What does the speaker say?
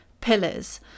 pillars